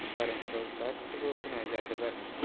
थारुनखौ गासैखौबो बुरनानै जाजोबबाय आरो ना